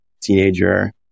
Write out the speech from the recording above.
teenager